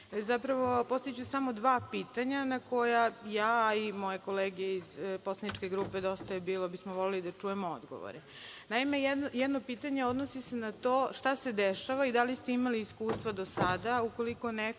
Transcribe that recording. Zapravo, postaviću samo dva pitanja na koja ja i moje kolege iz poslaničke grupe DBJ bismo voleli da čujemo odgovore. Naime, jedno pitanje odnosi se na to šta se dešava i da li ste imali iskustva do sada, ukoliko neko